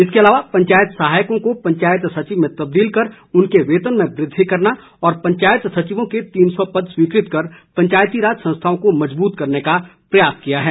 इसके अलावा पंचायत सहायकों को पंचायत सचिव में तबदील कर उनके वेतन में वृद्धि करना और पंचायत सचिवों के तीन सौ पद स्वीकृत कर पंचायतीराज संस्थाओं को मजबूत करने का प्रयास किया है